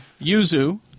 Yuzu